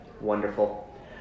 wonderful